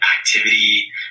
activity